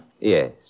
Yes